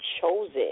chosen